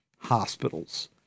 Hospitals